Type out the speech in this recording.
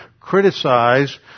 criticize